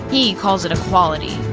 he calls it equality.